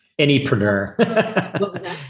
anypreneur